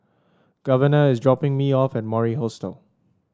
Governor is dropping me off at Mori Hostel